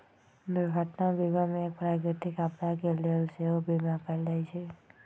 दुर्घटना बीमा में प्राकृतिक आपदा के लेल सेहो बिमा कएल जाइ छइ